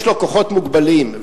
יש לו כוחות מוגבלים,